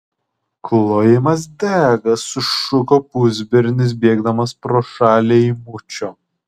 klojimas dega sušuko pusbernis bėgdamas pro šalį eimučio